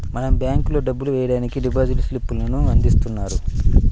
మనం బ్యేంకుల్లో డబ్బులు వెయ్యడానికి డిపాజిట్ స్లిప్ లను అందిస్తున్నారు